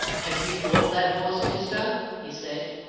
have you bought that horse, mister? he said.